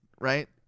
right